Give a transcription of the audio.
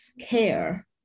care